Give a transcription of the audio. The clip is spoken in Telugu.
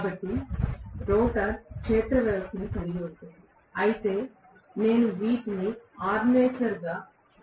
కాబట్టి రోటర్ క్షేత్ర వ్యవస్థను కలిగి ఉంటుంది అయితే నేను వీటిని ఆర్మేచర్గా కలిగి ఉంటాను